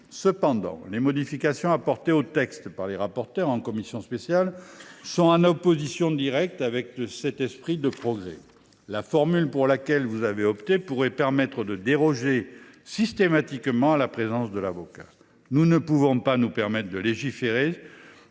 Cependant, les modifications apportées au texte par les rapporteurs en commission spéciale sont en opposition directe avec cet esprit de progrès. En effet, la formule qui a été choisie permettrait de déroger systématiquement à la présence de l’avocat. Nous ne pouvons pas nous permettre de légiférer